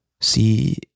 See